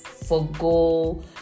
Forgo